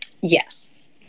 Yes